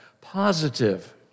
positive